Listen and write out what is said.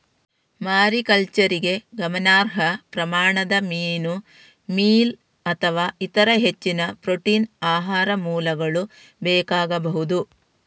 ಮಾರಿಕಲ್ಚರಿಗೆ ಗಮನಾರ್ಹ ಪ್ರಮಾಣದ ಮೀನು ಮೀಲ್ ಅಥವಾ ಇತರ ಹೆಚ್ಚಿನ ಪ್ರೋಟೀನ್ ಆಹಾರ ಮೂಲಗಳು ಬೇಕಾಗಬಹುದು